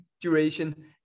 duration